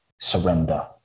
surrender